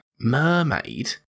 mermaid